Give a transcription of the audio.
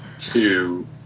two